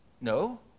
No